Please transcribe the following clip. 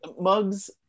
mugs